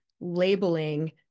labeling